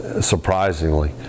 surprisingly